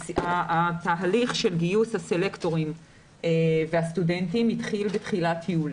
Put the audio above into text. התהליך של גיוס הסלקטורים והסטודנטים התחיל בתחילת יולי.